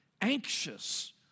anxious